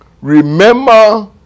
Remember